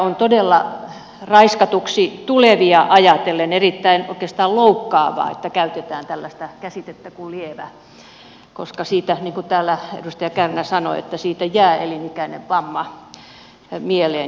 on todella raiskatuksi tulevia ajatellen oikeastaan erittäin loukkaavaa että käytetään tällaista käsitettä kuin lievä koska siitä niin kuin täällä edustaja kärnä sanoi jää elinikäinen vamma mieleen ja sieluun